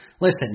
Listen